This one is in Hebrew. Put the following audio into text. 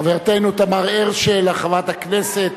חברתנו תמר אשל, חברת הכנסת